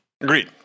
Agreed